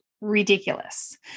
ridiculous